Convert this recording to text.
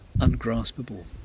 ungraspable